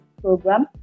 program